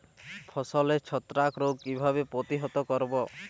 ফসলের ছত্রাক রোগ কিভাবে প্রতিহত করব?